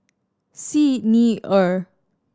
Xi Ni Er